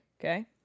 okay